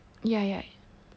ya ya